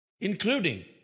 Including